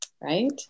right